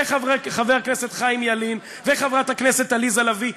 וחבר הכנסת חיים ילין וחברת הכנסת עליזה לביא,